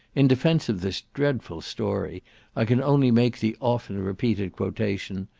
in defence of this dreadful story i can only make the often repeated quotation,